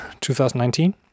2019